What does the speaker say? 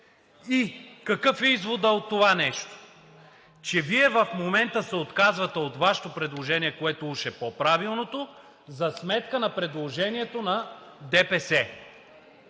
Какъв е изводът от това нещо? Вие в момента се отказвате от Вашето предложение, което уж е по-правилното за сметка на предложението на ДПС.